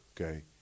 okay